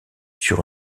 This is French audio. sur